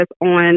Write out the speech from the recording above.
on